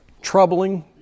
troubling